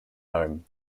home